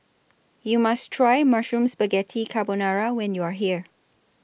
YOU must Try Mushroom Spaghetti Carbonara when YOU Are here